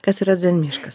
kas yra zen miškas